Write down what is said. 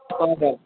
اَہَن حظ